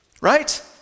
right